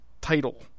title